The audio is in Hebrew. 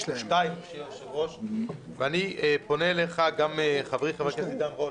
אני פונה אליך גם חברי חבר הכנסת עידן רול